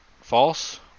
false